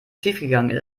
schiefgegangen